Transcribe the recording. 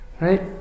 right